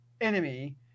enemy